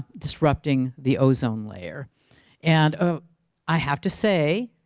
disrupting the ozone layer and ah i have to say